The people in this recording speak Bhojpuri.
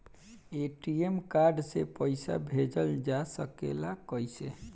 ए.टी.एम कार्ड से पइसा भेजल जा सकेला कइसे?